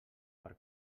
per